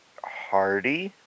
hardy